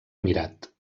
emirat